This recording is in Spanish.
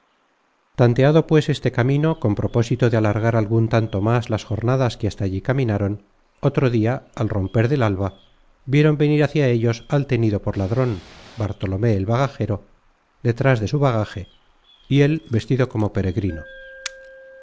tanteado pues este camino con propósito de alargar algun tanto más las jornadas que hasta allí caminaron otro dia al romper del alba vieron venir hacia ellos al tenido por ladron bartolomé el bagajero detras de su bagaje y él vestido como peregrino